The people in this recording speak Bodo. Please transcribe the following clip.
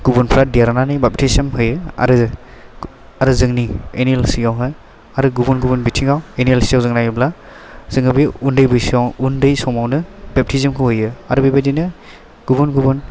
गुबुनफ्रा देरनानै बापटिसिम होयो आरो आरो जोंनि एन एल सि आवहाय आराे गुबुन गुबुन बिथिङाव एन एल सि याव जाें नायोब्ला जोङो बे उन्दै बैसाेआव उन्दै समावनो बापटिसिम खौ होयो आरो बेबादिनो गुबुन गुबुन